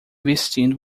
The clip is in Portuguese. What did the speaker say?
vestindo